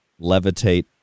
levitate